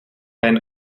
mijn